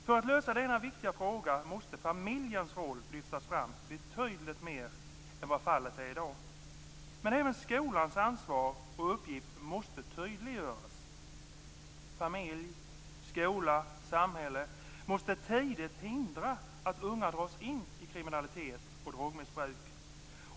För att lösa denna viktiga fråga måste familjens roll lyftas fram betydligt mer än vad som är fallet i dag, men även skolans ansvar och uppgift måste tydliggöras. Familj, skola och samhälle måste tidigt hindra unga från att dras in i kriminalitet och drogmissbruk.